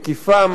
מקיפה,